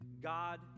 God